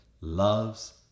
loves